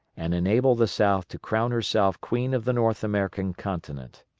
and enable the south to crown herself queen of the north american continent.